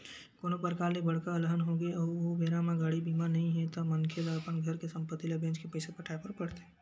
कोनो परकार ले बड़का अलहन होगे अउ ओ बेरा म गाड़ी बीमा नइ हे ता मनखे ल अपन घर के संपत्ति ल बेंच के पइसा पटाय बर पड़थे